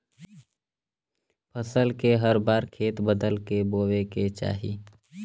फसल के हर बार खेत बदल क बोये के चाही